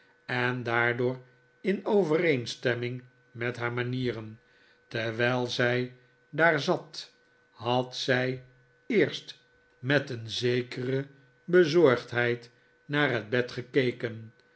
en daardoor in overeenstemming met haar manieren terwijl zij daar zat had zij eerst met een zekere bezorgdheid naar het bed gekeken